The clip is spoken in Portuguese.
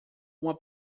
uma